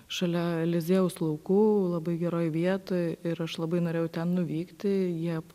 šalia eliziejaus laukų labai geroj vietoj ir aš labai norėjau ten nuvykti jie